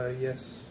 yes